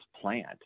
plant